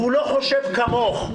והוא לא חושב כמוך.